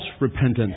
repentance